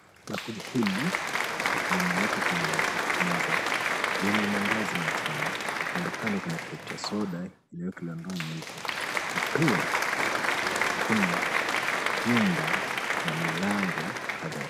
Bakuli hili limewekwa kwenye meza lina maandazi matano kandokando kuna crate ya soda iliyowekelewa ndoo nyeupe na pia kuna nyumba ya milango kadhaa.